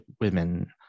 women